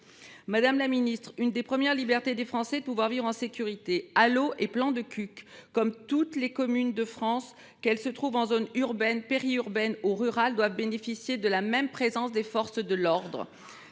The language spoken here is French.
flagrant délit. Une des premières libertés des Français est de pouvoir vivre en sécurité. Allauch et Plan de Cuques, comme toutes les communes de France, qu’elles se trouvent en zone urbaine, périurbaine ou rurale, doivent bénéficier de la même présence de nos forces de l’ordre.